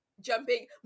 jumping